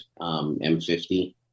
M50